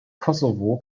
kosovo